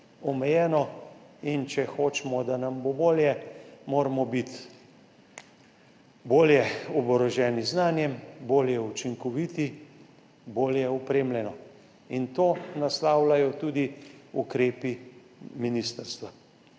omejeno. Če hočemo, da nam bo bolje, moramo biti bolj oboroženi z znanjem, bolj učinkoviti, bolj opremljeni. To naslavljajo tudi ukrepi ministrstva.